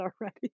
already